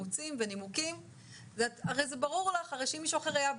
את הפרויקט שנתנו לו ולבסוף להביא אישור נגישות על המבנה.